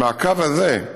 מהקו הזה,